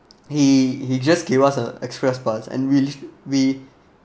he he just gave us a express pass and we we